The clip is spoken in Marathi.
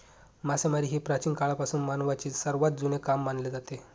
मासेमारी हे प्राचीन काळापासून मानवाचे सर्वात जुने काम मानले जाते